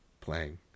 playing